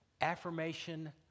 affirmation